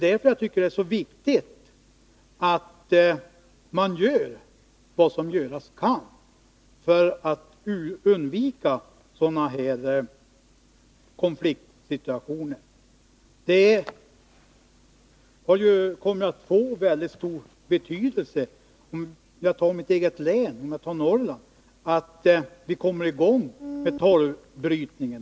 Därför är det så viktigt att man gör vad som göras kan för att undvika konfliktsituationer av detta slag. För mitt eget län, som ligger i Norrland, blir det av väldigt stor betydelse att vi kommer i gång med torvbrytningen.